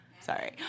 sorry